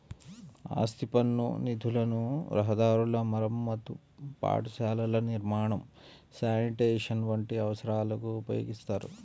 ఆస్తి పన్ను నిధులను రహదారుల మరమ్మతు, పాఠశాలల నిర్మాణం, శానిటేషన్ వంటి అవసరాలకు ఉపయోగిత్తారు